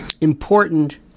important